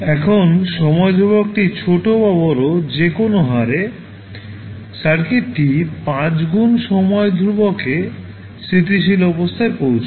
এখন সময় ধ্রুবকটি ছোট বা বড় যে কোনও হারে সার্কিটটি 5 গুণ সময় ধ্রুবক এ স্থিতিশীল অবস্থায় পৌঁছায়